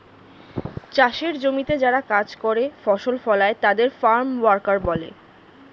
চাষের জমিতে যারা কাজ করে, ফসল ফলায় তাদের ফার্ম ওয়ার্কার বলে